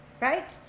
right